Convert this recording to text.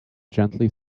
gently